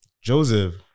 Joseph